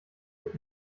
wird